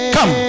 Come